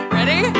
Ready